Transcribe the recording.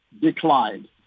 declined